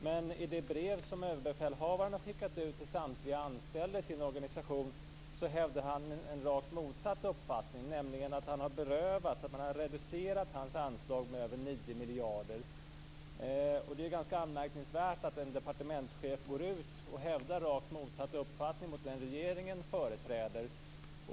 Men i det brev som Överbefälhavaren har skickat ut till samtliga anställda i sin organisation hävdar han en rakt motsatt uppfattning, nämligen att man har reducerat hans anslag med över 9 miljarder kronor. Det är ganska anmärkningsvärt att Överbefälhavaren går ut och hävdar rakt motsatt uppfattning mot den som regeringen företräder.